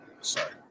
Sorry